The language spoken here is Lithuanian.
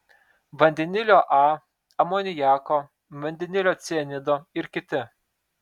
vandenilio a amoniako vandenilio cianido ir kiti